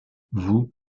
vous